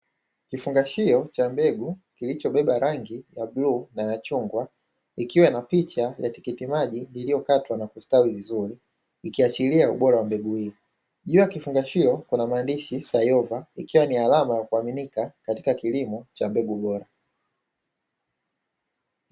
Kifungashio cha mbegu kilichobeba rangi ya bluu na ya chungwa ikiwa na picha ya tikiti maji iliyokatwa na kustawi vizuri, ukiashiria ubora wa mbegu hii, juu ya kifungashio kuna maandishi sayova ikiwa ni alama ya kuaminika katika kilimo cha mbegu bora.